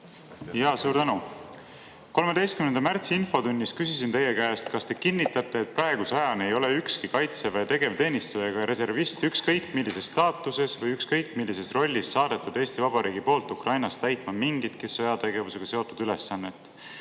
palun! Suur tänu! 13. märtsi infotunnis küsisin teie käest, kas te kinnitate, et praeguse ajani ei ole ükski Kaitseväe tegevteenistuja ega reservist ükskõik millises staatuses või ükskõik millises rollis saadetud Eesti Vabariigi poolt Ukrainas täitma mingit sõjategevusega seotud ülesannet.